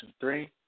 three